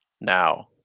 now